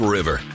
River